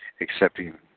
accepting